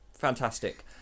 Fantastic